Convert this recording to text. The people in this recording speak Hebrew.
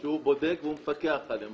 שהוא בודק ומפקח עליהם.